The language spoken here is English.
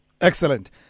Excellent